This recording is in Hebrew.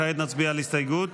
כעת נצביע על הסתייגות